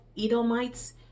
Edomites